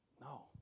No